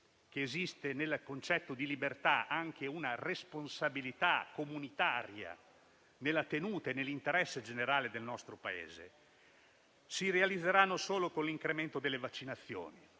che esiste nel concetto di libertà anche una responsabilità comunitaria nella tenuta e nell'interesse generale del nostro Paese), si realizzeranno solo con l'incremento delle vaccinazioni.